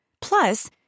Plus